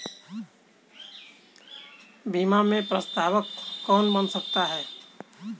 बीमा में प्रस्तावक कौन बन सकता है?